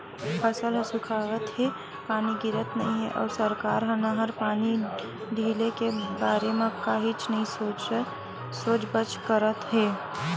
फसल ह सुखावत हे, पानी गिरत नइ हे अउ सरकार ह नहर पानी ढिले के बारे म कहीच नइ सोचबच करत हे